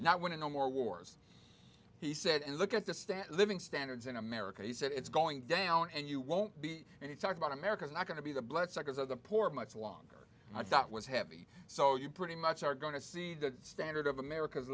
i want to know more wars he said and look at the stat living standards in america he said it's going down and you won't be any talk about america's not going to be the bloodsuckers of the poor much longer i thought was heavy so you pretty much are going to see the standard of america's